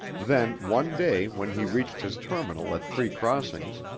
then, one day when he reached his terminal at three crossings,